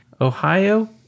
Ohio